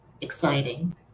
exciting